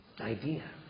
idea